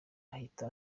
ahita